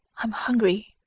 i am hungry.